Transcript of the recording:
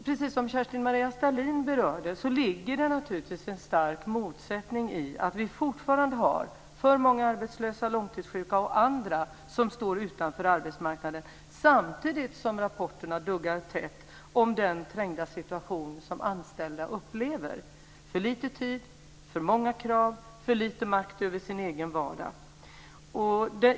Precis som Kerstin-Maria Stalin berörde ligger det naturligtvis en stark motsättning i att vi fortfarande har för många arbetslösa, långtidssjuka och andra som står utanför arbetsmarknaden samtidigt som rapporterna duggar tätt om den trängda situation som anställda upplever: för lite tid, för många krav, för lite makt över sin egen vardag.